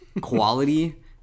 quality